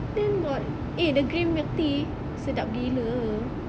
then got eh the green milk tea sedap gila